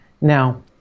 Now